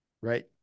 right